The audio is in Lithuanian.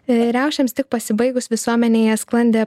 riaušėms tik pasibaigus visuomenėje sklandė